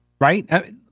right